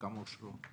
כמה אושרו?